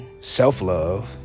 self-love